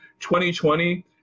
2020